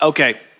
Okay